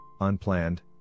unplanned